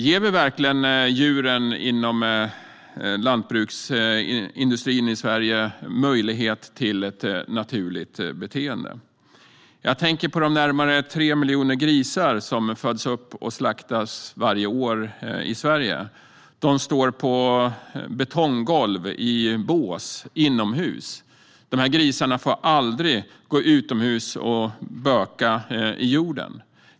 Ger vi verkligen djuren inom lantbruksindustrin i Sverige möjlighet till ett naturligt beteende? Jag tänker på de närmare 3 miljoner grisar som föds upp och slaktas varje år i Sverige. De står på betonggolv i bås inomhus. De här grisarna får aldrig gå utomhus och böka i jorden.